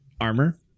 armor